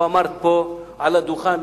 אמרת פה על הדוכן,